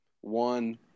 one